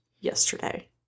yesterday